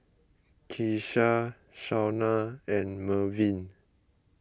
Keesha Shaunna and Mervin